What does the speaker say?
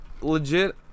legit